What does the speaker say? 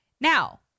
Now